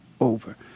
over